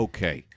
Okay